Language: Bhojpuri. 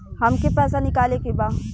हमके पैसा निकाले के बा